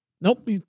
Nope